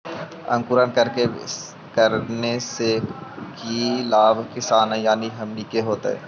अंकुरण करने से की लाभ किसान यानी हमनि के होतय?